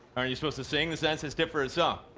aren't you supposed to sing? the sign says tip for a song.